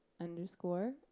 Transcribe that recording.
underscore